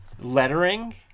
lettering